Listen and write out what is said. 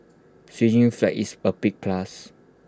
Switzerland's flag is A big plus